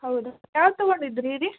ಹೌದು ಯಾವ್ದು ತಗೊಂಡಿದ್ರಿ ಹೇಳಿ